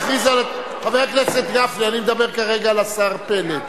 חבר הכנסת גפני, אני מדבר כרגע על השר פלד.